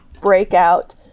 breakout